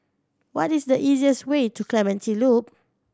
what is the easiest way to Clementi Loop